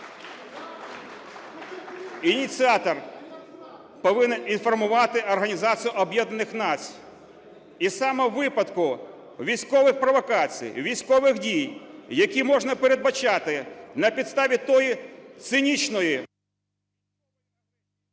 ініціатор повинен інформувати Організацію Об'єднаний Націй. І сам у випадку військових провокацій, військових дій, які можна передбачати на підставі тої цинічної...